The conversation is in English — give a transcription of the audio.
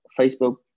Facebook